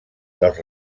dels